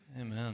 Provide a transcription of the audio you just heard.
Amen